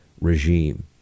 regime